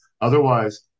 Otherwise